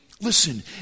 Listen